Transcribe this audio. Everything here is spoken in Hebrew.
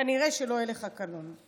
כנראה שלא יהיה לך קלון.